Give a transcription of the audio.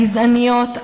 הגזעניות,